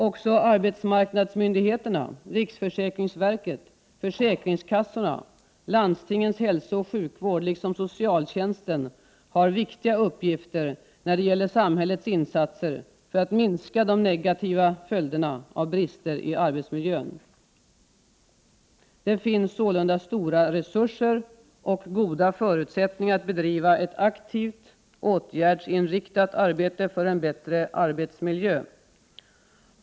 Också arbetsmarknadsmyndigheterna, riksförsäkringsverket, försäkringskassorna, landstingens hälsooch sjukvård liksom socialtjänsten har viktiga uppgifter, när det gäller samhällets insatser för att minska de negativa följderna av brister i arbetsmiljön. Det finns sålunda stora resurser och goda förutsättningar att bedriva ett aktivt, åtgärdsinriktat arbete för en bättre arbetsmiljö.